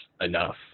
enough